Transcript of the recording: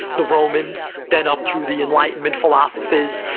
the romans, then up through the enlightenment philosophers,